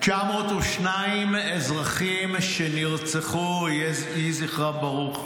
902 אזרחים שנרצחו, יהי זכרם ברוך,